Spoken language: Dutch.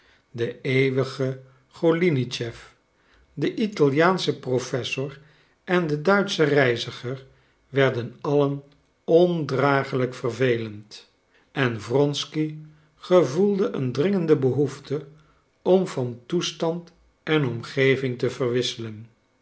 de eeuwige golinitschef de italiaansche professor en de duitsche reiziger werden allen ondragelijk vervelend en wronsky gevoelde een dringende behoefte om van toestand en omgeving te verwisselen